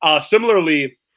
Similarly